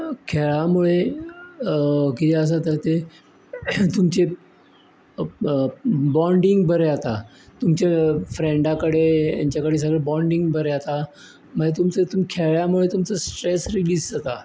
खेळां मूळें कितें आसा तर तें तुमचें बोंडींग बरें जाता तुमचें फ्रेंडां कडेन हेंच्या कडेन जर बोंडींग बरें जाता मागीर तुमचें तुम खेळ्यां मूळे तुमचो स्ट्रेस रिलीज जाता